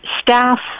staff